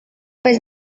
στο